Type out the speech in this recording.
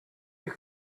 you